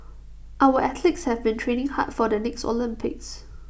our athletes have been training hard for the next Olympics